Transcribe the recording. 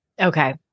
Okay